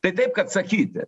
tai taip kad sakyti